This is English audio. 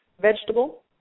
vegetable